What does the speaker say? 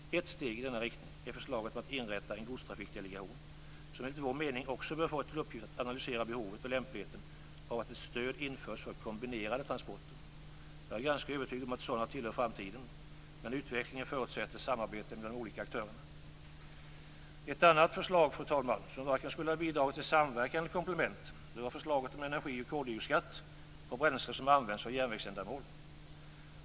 Ett steg i denna riktning är förslaget om att inrätta en godstrafikdelegation, som enligt vår mening också bör få till uppgift att analysera behovet och lämpligheten av att ett stöd införs för kombinerade transporter. Jag är ganska övertygad om att sådana tillhör framtiden, men utvecklingen förutsätter samarbete mellan de olika aktörerna. Ett annat förslag, fru talman, som varken skulle ha bidragit till samverkan eller komplement, var förslaget om energi och koldioxidskatt på bränsle som används för järnvägsändamål.